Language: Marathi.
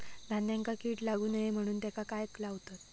धान्यांका कीड लागू नये म्हणून त्याका काय लावतत?